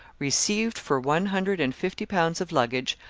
received for one hundred and fifty pounds of luggage,